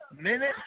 minute